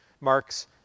marks